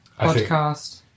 podcast